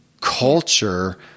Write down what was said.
culture